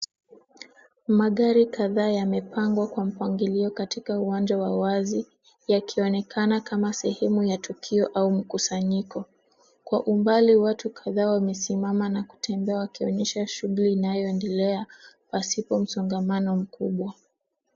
Magari kadhaa yamepangwa kwa mpangilio katika uwanja wa wazi yakionekana kama sehemu ya tukio au mkusanyiko. Kwa umbali watu kadhaa wamesimama na kutembea wakionyesha shughuli inayoendelea pasipo msongamano mkubwa.